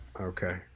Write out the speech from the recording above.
okay